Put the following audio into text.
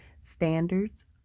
standards